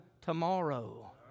tomorrow